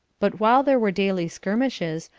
but while there were daily skirmishes,